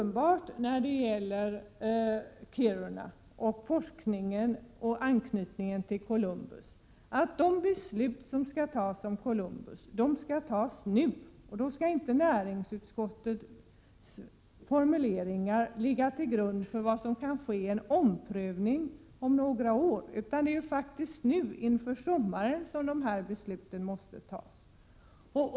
När det gäller Kiruna, forskningen och anknytningen till Columbusprojektet är det alldeles uppenbart att de beslut som skall fattas om Columbus skall fattas nu. Näringsutskottets formuleringar om vad som kan ske vid en omprövning om några år kan inte ligga accepteras Det är nu, inför sommaren, det här beslutet måste fattas.